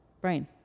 Brain